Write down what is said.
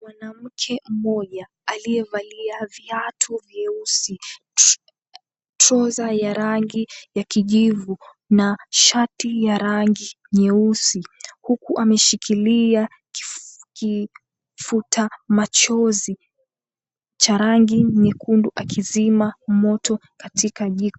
Mwanamke mmoja aliyevalia viatu vyeusi, trouser ya rangi ya kijivu na shati ya rangi nyeusi, huku ameshikilia kifuta machozi cha rangi nyekundu, akizima moto katika jiko.